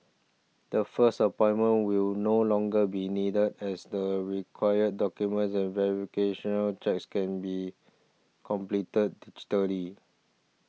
the first appointment will no longer be needed as the required documents and checks can be completed digitally